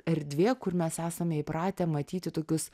erdvė kur mes esame įpratę matyti tokius